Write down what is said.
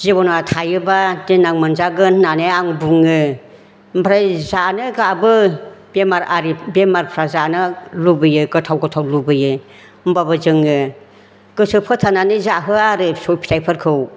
जिबना थायोब्ला देनां मोनजागोन होननानै आं बुङो ओमफ्राय जानो गाबो बेमारि बेमारफ्रा जानो लुबैयो गोथाव गोथाव लुबैयो होमब्लाबो जोङो गोसो फोथायनानै जाहोआ आरो फिसौ फिथाफोरखौ